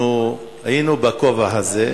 אנחנו היינו בכובע הזה.